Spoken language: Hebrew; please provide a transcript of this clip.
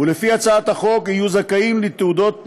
ולפי הצעת החוק יהיו זכאים לתעודות מערכה.